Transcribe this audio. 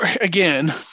again